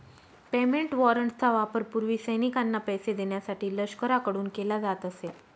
payment वॉरंटचा वापर पूर्वी सैनिकांना पैसे देण्यासाठी लष्कराकडून केला जात असे